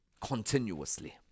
continuously